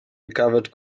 recovered